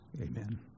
amen